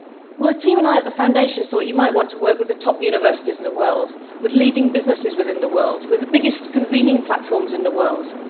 well, the team and i at the foundation thought you might want to work with the top universities in the world, with leading businesses within the world, with the biggest convening platforms in the world,